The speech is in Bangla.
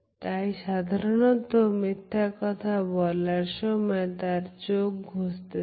তাই সাধারণত মিথ্যে বলার সময় সে তার চোখ ঘষতে থাকে